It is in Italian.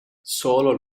solo